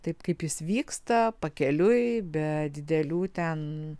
taip kaip jis vyksta pakeliui be didelių ten